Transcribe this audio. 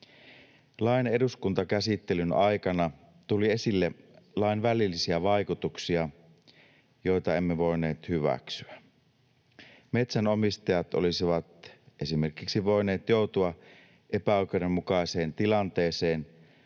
Lain eduskuntakäsittelyn aikana tuli esille lain välillisiä vaikutuksia, joita emme voineet hyväksyä. Metsänomistajat olisivat esimerkiksi voineet joutua epäoikeudenmukaiseen tilanteeseen,